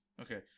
Okay